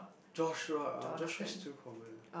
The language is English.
Joshua oh Joshua is too common